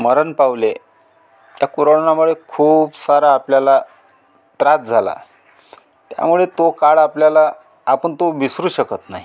मरण पावले त्या कोरोनामुळे खूप सारा आपल्याला त्रास झाला त्यामुळे तो काळ आपल्याला आपण तो विसरू शकत नाही